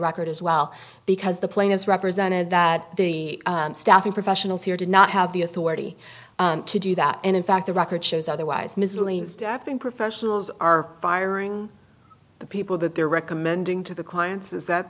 record as well because the plane is represented that the staffing professionals here did not have the authority to do that and in fact the record shows otherwise miscellaneous directing professionals are firing the people that they're recommending to the clients is that